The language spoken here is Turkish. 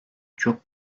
çok